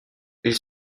ils